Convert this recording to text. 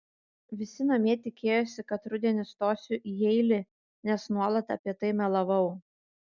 visi namie tikėjosi kad rudenį stosiu į jeilį nes nuolat apie tai melavau